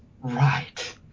right